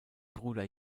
bruder